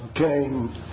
Okay